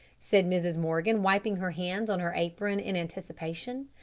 said mrs. morgan, wiping her hands on her apron in anticipation.